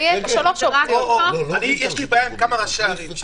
לי יש בעיה עם כמה ראשי ערים.